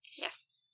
yes